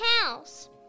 house